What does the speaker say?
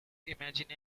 imagine